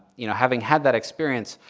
you know, having had that experience,